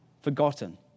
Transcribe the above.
forgotten